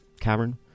cavern